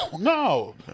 No